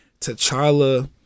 T'Challa